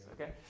Okay